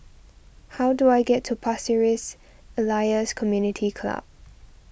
how do I get to Pasir Ris Elias Community Club